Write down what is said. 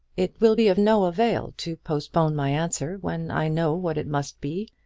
it will be of no avail to postpone my answer when i know what it must be.